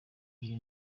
iyi